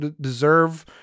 deserve